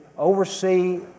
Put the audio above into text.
oversee